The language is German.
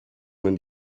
man